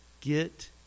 get